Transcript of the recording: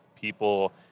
people